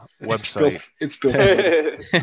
website